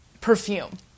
perfume